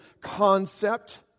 concept